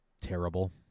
terrible